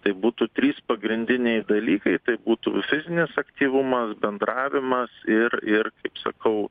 tai būtų trys pagrindiniai dalykai tai būtų fizinis aktyvumas bendravimas ir ir sakau